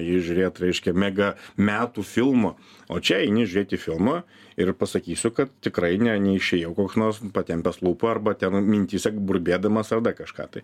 ėjai žiūrėt reiškia mega metų filmo o čia eini žiūrėt filmo ir pasakysiu kad tikrai ne neišėjau koks nors patempęs lūpą arba ten mintyse burbėdamas ar da kažką tai